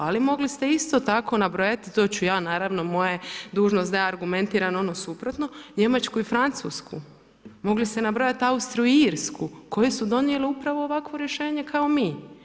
Ali mogli ste isto tako nabrojati, to ću ja naravno, moja je dužnost da ja argumentiram ono suprotno, Njemačku i Francusku, mogli ste nabrojat Austriju i Irsku koje su donijele upravo ovakvo rješenje kao mi.